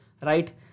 Right